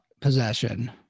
possession